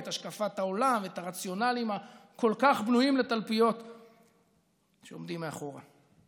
את השקפת העולם ואת הרציונלים הכל-כך בנויים לתלפיות שעומדים מאחוריה.